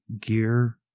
gear